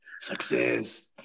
success